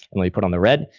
and we put on the red.